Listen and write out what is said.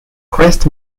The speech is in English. crest